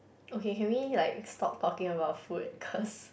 okay can we like stop talking about food cause